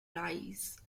lies